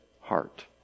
heart